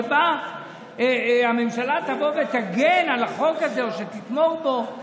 שבה הממשלה תבוא ותגן על החוק הזה או שתתמוך בו,